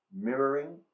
mirroring